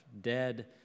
dead